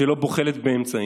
שלא בוחלת באמצעים,